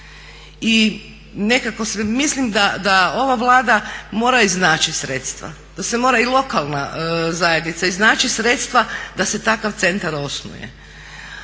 I nekako sve mislim da ova Vlada mora iznaći sredstva, da se mora i lokalna zajednica iznaći sredstva da se takav centar osnuje.